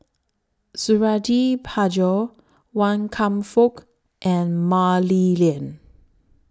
Suradi Parjo Wan Kam Fook and Mah Li Lian